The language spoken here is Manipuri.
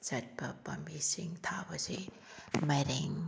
ꯆꯠꯄ ꯄꯥꯝꯕꯤꯁꯤꯡ ꯊꯥꯕꯁꯤ ꯃꯥꯏꯔꯦꯟ